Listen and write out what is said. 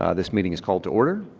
ah this meeting is called to order.